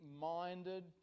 minded